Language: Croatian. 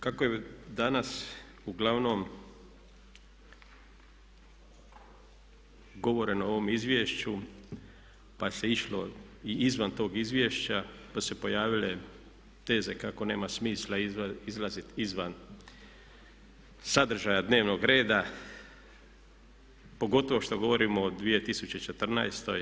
Kako je danas uglavnom govoreno o ovom izvješću pa se išlo i izvan tog izvješća pa su se pojavile teze kako nema smisla izlaziti izvan sadržaja dnevnog reda pogotovo što govorio o 2014.